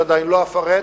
שעדיין לא אפרט,